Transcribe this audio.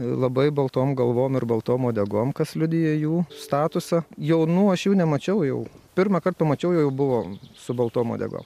labai baltom galvom ir baltom uodegom kas liudija jų statusą jaunų aš jų nemačiau jau pirmąkart mačiau jau buvo su baltom uodegom